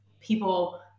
people